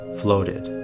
floated